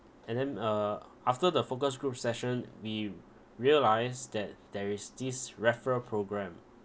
and then uh after the focus group session we realised that there is this referral programme